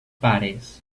pares